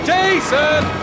Jason